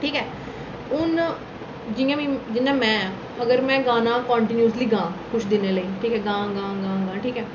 ठीक ऐ हून जि'यां मी जि'यां में आं अगर में गाना कांटिन्यूसली गां किश दिनै लेई ठीक ऐ गां गां गां ठीक ऐ